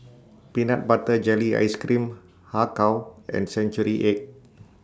Peanut Butter Jelly Ice Cream Har Kow and Century Egg